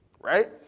right